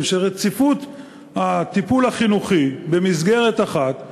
שרציפות הטיפול החינוכי במסגרת אחת,